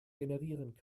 generieren